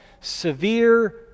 severe